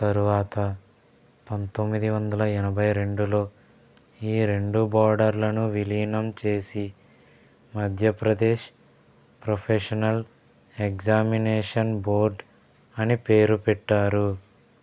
తరువాత పంతొమ్మిది వందల ఎనభై రెండులో ఈ రెండు బోర్డుర్లను విలీనం చేసి మధ్యప్రదేశ్ ప్రొఫెషనల్ ఎగ్జామినేషన్ బోర్డ్ అని పేరు పెట్టారు